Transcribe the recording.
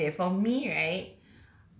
ya okay for me right